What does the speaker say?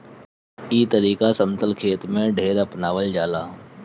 ई तरीका समतल खेत में ढेर अपनावल जाला